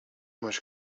much